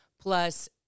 plus